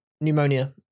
pneumonia